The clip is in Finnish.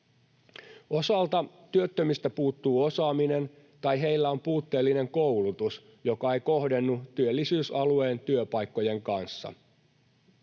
Osalta työttömistä puuttuu osaaminen, tai heillä on puutteellinen koulutus, joka ei kohdennu työllisyysalueen työpaikkojen kanssa.